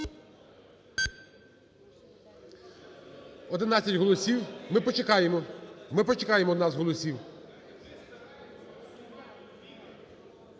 11 голосів. Ми почекаємо, ми почекаємо у нас голосів.